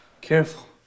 Careful